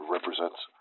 Represents